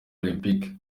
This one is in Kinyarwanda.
olempike